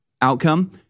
outcome